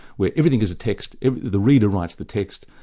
where everything is a text the reader writes the text,